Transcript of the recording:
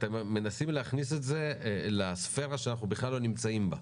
אתם מנסים להכניס את זה לספרה שאנחנו בכלל לא נמצאים בה.